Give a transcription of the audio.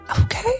okay